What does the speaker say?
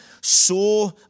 saw